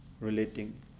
relating